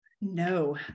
No